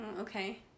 okay